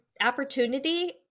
opportunity